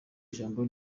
ijambo